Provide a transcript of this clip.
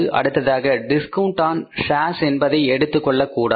அடுத்ததாக discount on shares என்பதை எடுத்துக் கொள்ளக்கூடாது